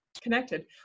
connected